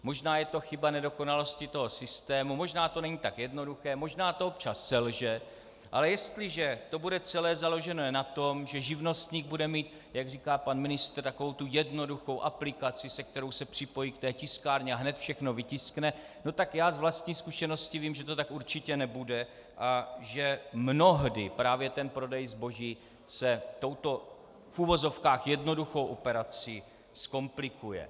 Možná je to chyba nedokonalosti systému, možná to není tak jednoduché, možná to občas selže, ale jestliže to bude celé založeno na tom, že živnostník bude mít, jak říká pan ministr, takovou tu jednoduchou aplikaci, se kterou se připojí k tiskárně a hned všechno vytiskne, tak já z vlastní zkušenosti vím, že to tak určitě nebude a že mnohdy právě prodej zboží se touto v uvozovkách jednoduchou operací zkomplikuje.